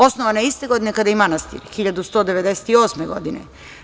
Osnovana je iste godine kada i manastir, 1198. godine.